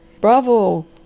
Bravo